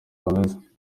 hameze